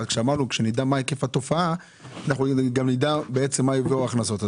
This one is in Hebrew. אמרנו שכשנדע מה היקף התופעה גם נדע בעצם לגבי ההכנסות.